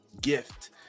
gift